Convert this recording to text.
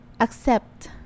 accept